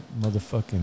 Motherfucking